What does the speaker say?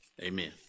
Amen